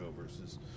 versus